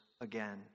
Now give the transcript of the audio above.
again